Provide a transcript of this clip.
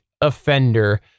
offender